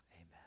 amen